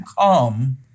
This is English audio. come